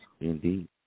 indeed